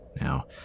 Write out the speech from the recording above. now